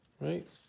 right